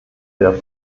der